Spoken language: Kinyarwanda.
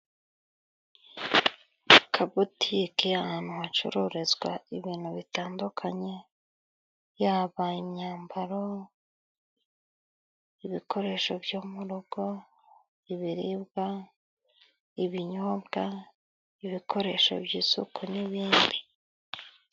Akabotiki ahantu hacururizwa ibintu bitandukanye yaba imyambaro ibikoresho byo murugo ibiribwa, ibinyobwa , ibikoresho by'isuku n'ibindi...